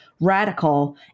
radical